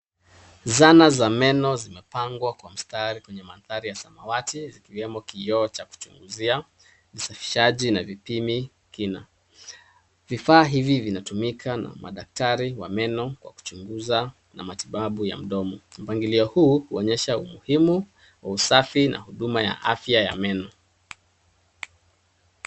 Zana za meno zimepangwa kwa mstari kwenye mandhari ya samawati, zikiwemo kioo cha kuchunguzia, visafishaji na vipimi kina. Vifaa hivi vinatumika na madaktari wa meno kwa uchunguzi na matibabu ya mdomo. Mpangilio huu unaonyesha umuhimu wa usafi na huduma ya afya ya meno.